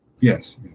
yes